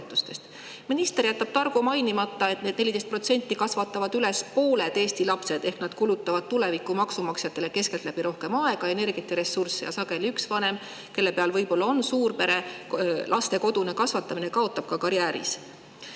Minister jätab targu mainimata, et need 14% kasvatavad üles pooled Eesti lapsed ehk nad kulutavad tuleviku maksumaksjatele keskeltläbi rohkem aega, energiat ja ressursse. Sageli üks vanem, kelle peal võib-olla on suurpere laste kodune kasvatamine, kaotab ka karjääris. Eile